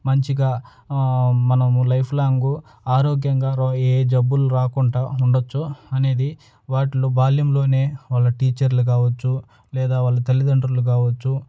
మంచిగా మనము life long ఆరోగ్యంగా రో ఏ జబ్బులు రాకుండా ఉండవచ్చు అనేది వాటిల్లో బాల్యంలోనే వాళ్ళ టీచర్లు కావచ్చు లేదా వాళ్ళ తల్లిదండ్రులు కావచ్చు